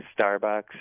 Starbucks